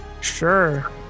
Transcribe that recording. sure